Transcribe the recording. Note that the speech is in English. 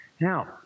Now